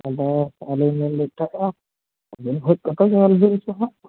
ᱟᱫᱚ ᱟᱹᱞᱤᱧ ᱞᱟᱹᱭᱮᱫ ᱛᱟᱦᱮᱫᱼᱟ ᱟᱹᱵᱤᱱ ᱦᱮᱡ ᱠᱟᱛᱮ ᱧᱮᱞ ᱵᱤᱱ ᱥᱮ ᱦᱟᱸᱜ